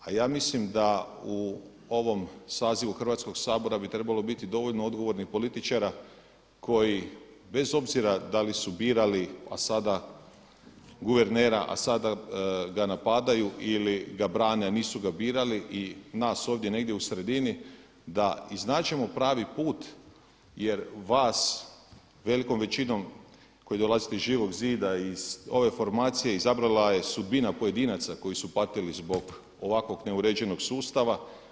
A ja mislim da u ovom sazivu Hrvatskog sabora bi trebalo biti dovoljno odgovornih političara koji bez obzira da li su birali guvernera a sada ga napadaju ili ga brane a nisu ga birali i nas ovdje negdje u sredini da iznađemo pravi put jer vas velikom većinom koji dolazite iz Živog zida i iz ove formacije izabrala je sudbina pojedinaca koji su patili zbog ovakvog neuređenog sustava.